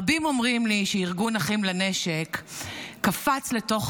רבים אומרים לי שארגון אחים לנשק קפץ לתוך